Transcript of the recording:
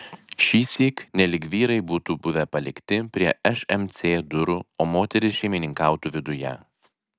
šįsyk nelyg vyrai būtų buvę palikti prie šmc durų o moterys šeimininkautų viduje